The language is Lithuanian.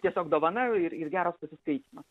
tiesiog dovana ir ir geras pasiskaitymas